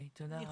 תודה רבה.